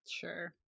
Sure